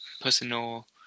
personal